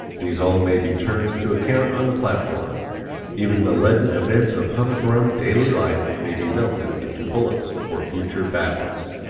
these all may be turned to account on the platform even the leaden events of hum-drum daily life may be melted into bullets for future battles.